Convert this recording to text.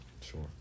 Sure